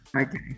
okay